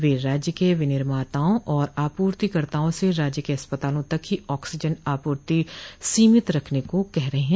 वे राज्य के विनिर्माताआ और आपूर्तिकर्ताओं से राज्य के अस्पतालों तक हो ऑक्सीजन आपूर्ति सीमित रखने को कह रहे हैं